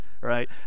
right